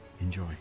Enjoy